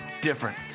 different